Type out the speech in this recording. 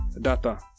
data